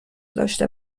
داشته